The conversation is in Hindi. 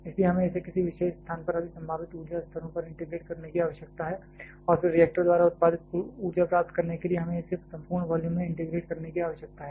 इसलिए हमें इसे किसी विशेष स्थान पर सभी संभावित ऊर्जा स्तरों पर इंटीग्रेट करने की आवश्यकता है और फिर रिएक्टर द्वारा उत्पादित कुल ऊर्जा प्राप्त करने के लिए हमें इसे संपूर्ण वॉल्यूम में इंटीग्रेट करने की आवश्यकता है